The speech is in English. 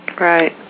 Right